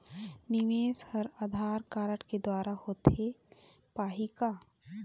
निवेश हर आधार कारड के द्वारा होथे पाही का?